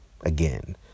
again